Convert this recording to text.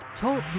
Talk